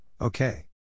okay